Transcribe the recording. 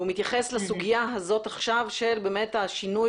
הוא מתייחס לסוגיה הזאת עכשיו של השינוי